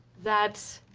that